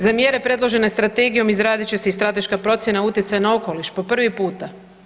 Za mjere predložene strategijom izradit će se i strateška procjena utjecaja na okoliš po prvi puta.